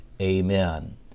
amen